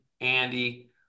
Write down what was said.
Andy